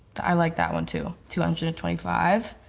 i like that one too, two hundred and twenty five.